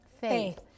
faith